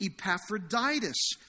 Epaphroditus